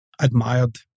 admired